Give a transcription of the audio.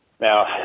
Now